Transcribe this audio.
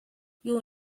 you